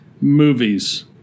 movies